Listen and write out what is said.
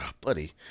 Buddy